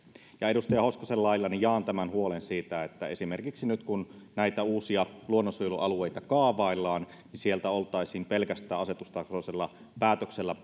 ja edustaja hoskosen lailla jaan tämän huolen siitä että esimerkiksi nyt kun näitä uusia luonnonsuojelualueita kaavaillaan sieltä oltaisiin pelkästään asetustasoisella päätöksellä